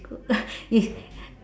yes